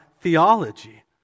theology